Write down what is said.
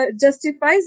justifies